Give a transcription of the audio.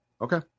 Okay